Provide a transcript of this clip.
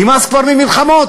נמאס כבר ממלחמות,